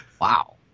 Wow